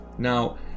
Now